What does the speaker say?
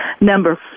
Number